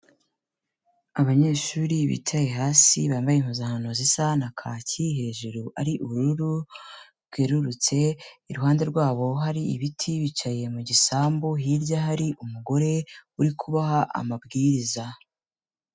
Abanyeshuri bicaye hasi bambaye impuzankano zisa na kaki hejuru ari ubururu bwererutse, iruhande rwabo hari ibiti bicaye mu gisambu, hirya hari umugore uri kubaha amabwiriza.